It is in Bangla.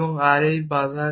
আর এই বাঁধা কেন